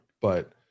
but-